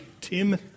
Tim